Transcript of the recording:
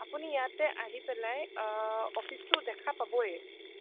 আপুনি ইয়াতে আহি পেলাই অফিচটো দেখা পাবই